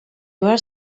were